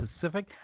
Pacific